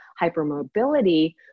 hypermobility